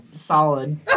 Solid